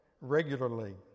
regularly